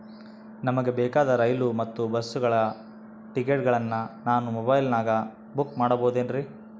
ನಮಗೆ ಬೇಕಾದ ರೈಲು ಮತ್ತ ಬಸ್ಸುಗಳ ಟಿಕೆಟುಗಳನ್ನ ನಾನು ಮೊಬೈಲಿನಾಗ ಬುಕ್ ಮಾಡಬಹುದೇನ್ರಿ?